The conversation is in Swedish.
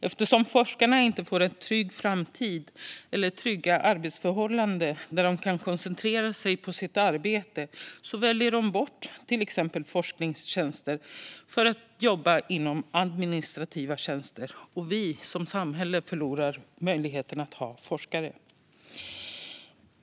Eftersom forskarna inte får en trygg framtid eller trygga arbetsförhållanden där de kan koncentrera sig på sitt arbete väljer de bort till exempel forskningstjänster till förmån för administrativa tjänster, och vi som samhälle förlorar möjligheten att ha forskare.